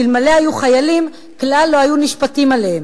שאלמלא היו חיילים כלל לא היו נשפטים עליהן.